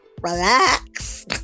relax